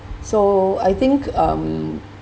so I think um